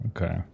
okay